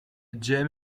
gem